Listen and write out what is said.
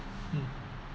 mm